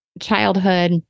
childhood